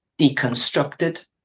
deconstructed